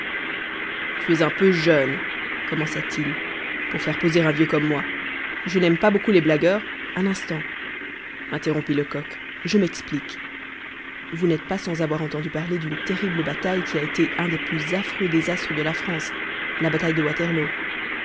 tu es un peu jeune commença-t-il pour faire poser un vieux comme moi je n'aime pas beaucoup les blagueurs un instant interrompit lecoq je m'explique vous n'êtes pas sans avoir entendu parler d'une terrible bataille qui a été un des plus affreux désastres de la france la bataille de waterloo